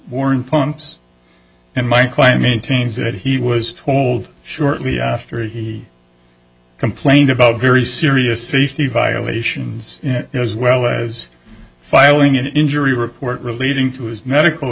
warren pumps and my client meetings that he was told shortly after he complained about very serious safety violations as well as filing an injury report relating to his medical